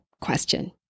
question